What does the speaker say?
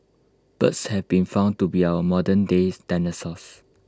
birds have been found to be our modernday dinosaurs